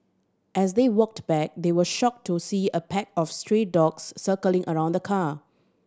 as they walked back they were shocked to see a pack of stray dogs circling around the car